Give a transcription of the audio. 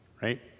right